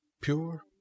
Pure